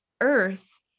earth